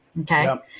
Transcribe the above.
Okay